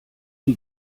die